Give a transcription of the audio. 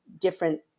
different